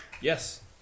yes